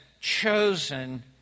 chosen